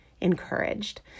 encouraged